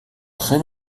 très